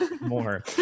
more